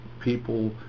people